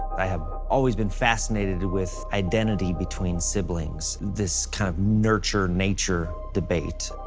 i have always been fascinated with identity between siblings, this kind of nurture, nature debate.